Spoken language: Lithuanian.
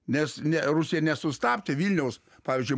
nes ne rusija nesustabdė vilniaus pavyzdžiui